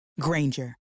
Granger